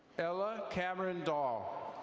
ella cameron dal.